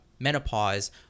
menopause